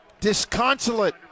disconsolate